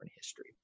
history